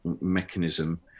mechanism